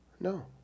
No